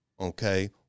Okay